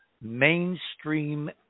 mainstream